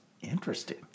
Interesting